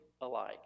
alike